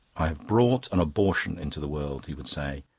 i have brought an abortion into the world he would say,